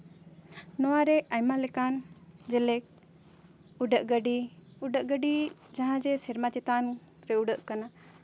ᱱᱚᱣᱟ ᱨᱮ ᱟᱭᱢᱟ ᱞᱮᱠᱟᱱ ᱡᱮᱞᱮᱠ ᱩᱰᱟᱹᱜ ᱜᱟᱹᱰᱤ ᱩᱰᱟᱹᱜ ᱜᱟᱹᱰᱤ ᱡᱟᱦᱟᱸ ᱡᱮ ᱥᱮᱨᱢᱟ ᱪᱮᱛᱟᱱ ᱨᱮ ᱩᱰᱟᱹᱜ ᱠᱟᱱᱟ